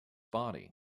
body